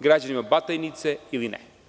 građanima Batajnice ili ne?